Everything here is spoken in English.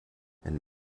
and